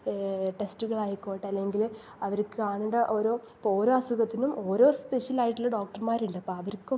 ടെസ്റ്റുകളായിക്കോട്ടെ അല്ലെങ്കില് അവർക്ക് ഇപ്പോൾ ഓരോ അസുഖത്തിനും ഓരോ സ്പെഷ്യലായിട്ടുള്ള ഡോക്ടർമാരുണ്ട് അപ്പം